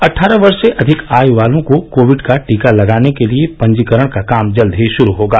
अट्ठारह वर्ष से अधिक आयु वालों को कोविड का टीका लगाने के लिए पंजीकरण का काम जल्द ही शुरू होगा